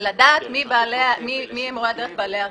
לדעת מי הם מורי הדרך בעלי הרישיון.